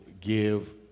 give